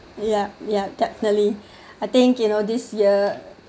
yup yup definitely I think you know this year